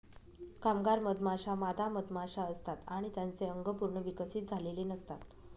कामगार मधमाश्या मादा मधमाशा असतात आणि त्यांचे अंग पूर्ण विकसित झालेले नसतात